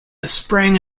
sprang